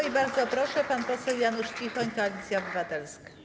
I bardzo proszę, pan poseł Janusz Cichoń - Koalicja Obywatelska.